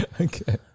Okay